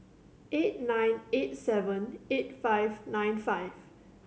eight nine eight seven eight five nine five